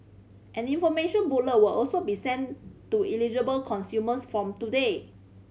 an information booklet will also be sent to eligible consumers from today